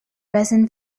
resin